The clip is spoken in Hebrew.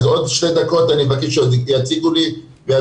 אז עוד שתי דקות אני אבקש שיציגו לי ויעבירו,